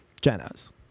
Jenna's